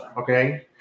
okay